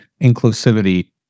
inclusivity